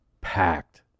packed